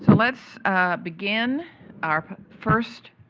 so let's begin our first